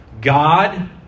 God